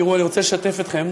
תראו, אני רוצה לשתף אתכם.